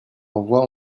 envoie